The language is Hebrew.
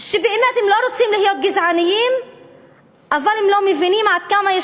שבאמת הם לא רוצים להיות גזענים אבל הם לא מבינים עד כמה יש